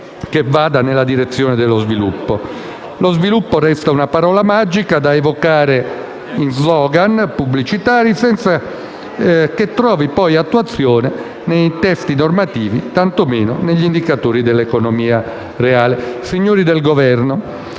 che vada nella direzione dello sviluppo, che resta una parola magica da evocare in *slogan* pubblicitari senza trovare poi attuazione nei testi normativi, tanto meno negli indicatori dell'economia reale. Signori del Governo,